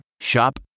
Shop